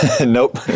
Nope